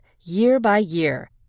year-by-year